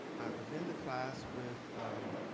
i was in the class with